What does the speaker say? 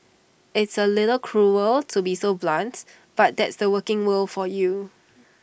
it's A little cruel to be so blunt but that's the working world for you